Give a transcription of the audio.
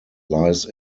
lies